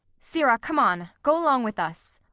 sirrah, come on go along with us.